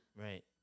right